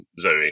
zoe